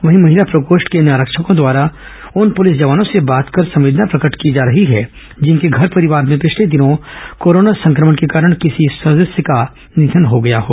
वहीं महिला प्रकोष्ठ की अन्य आरक्षकों द्वारा उन पुलिस जवानों से बात कर संवेदना भी प्रकट की जा रही है जिनके घर परिवार में पिछले दिनों कोरोना संक्रमण के कारण किसी सदस्य का निधन हो गया हो